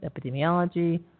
epidemiology